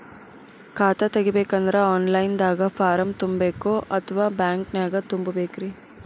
ಖಾತಾ ತೆಗಿಬೇಕಂದ್ರ online ದಾಗ ಫಾರಂ ತುಂಬೇಕೊ ಅಥವಾ ಬ್ಯಾಂಕನ್ಯಾಗ ತುಂಬ ಬೇಕ್ರಿ?